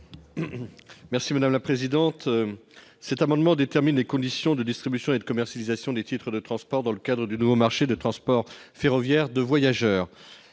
M. Joël Guerriau. Cet amendement détermine les conditions de distribution et de commercialisation des titres de transport dans le cadre du nouveau marché de transport ferroviaire de voyageurs.